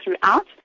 throughout